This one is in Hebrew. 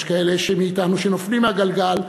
יש כאלה מאתנו שנופלים מהגלגל,